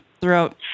throughout